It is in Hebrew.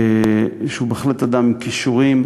שהוא בהחלט אדם עם כישורים,